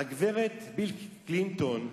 הגברת הילרי קלינטון,